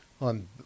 on